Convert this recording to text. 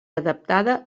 adaptada